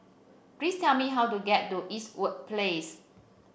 please tell me how to get to Eastwood Place